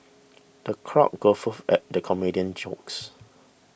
the crowd guffawed at the comedian's jokes